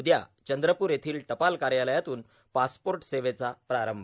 उद्या चंद्रपूर येथील टपाल कार्यालयातून पासपोर्ट सेवेचा प्रारंभ